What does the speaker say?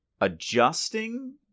adjusting